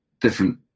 different